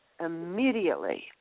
immediately